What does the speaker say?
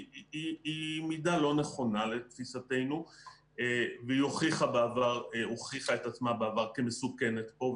היא מידה לא נכונה לתפיסתנו והיא הוכיחה את עצמה בעבר כמסוכנת פה.